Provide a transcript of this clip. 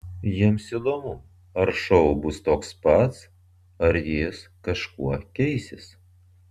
jiems įdomu ar šou bus toks pats ar jis kažkuo keisis